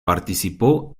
participó